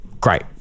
great